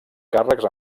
càrrecs